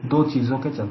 दो चीजों के चलते